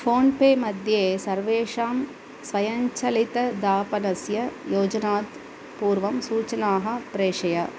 फ़ोन्पेमध्ये सर्वेषां स्वयञ्चलितदापनस्य योजनात् पूर्वं सूचनां प्रेषय